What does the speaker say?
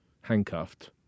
handcuffed